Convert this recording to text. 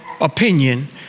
opinion